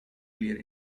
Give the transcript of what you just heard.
clear